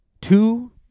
two